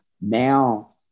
Now